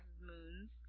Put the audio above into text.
moons